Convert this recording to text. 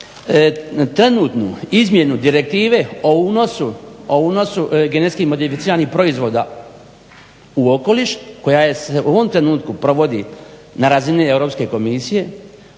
trenutnu izmjenu direktive o unosu, o unosu genetski modificiranih proizvoda u okoliš, koja se u ovom trenutku provodi na razini Europske komisije,